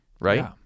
right